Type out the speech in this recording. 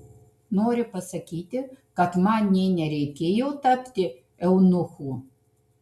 nori pasakyti kad man nė nereikėjo tapti eunuchu